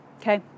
Okay